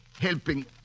Helping